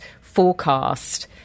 forecast